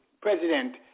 President